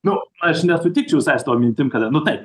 nu aš nesutikčiau visai su tavo mintim kada nu taip